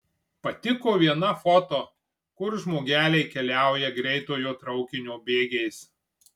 patiko viena foto kur žmogeliai keliauja greitojo traukinio bėgiais